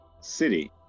city